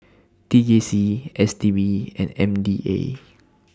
T J C S T B and M D A